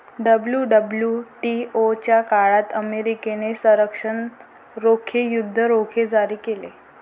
WWTO च्या काळात अमेरिकेने संरक्षण रोखे, युद्ध रोखे जारी केले